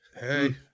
Hey